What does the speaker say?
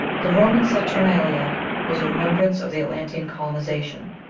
the roman saturnalia was a remembrance of the atlantean colonization.